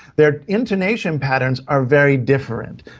their intonation patterns are very different,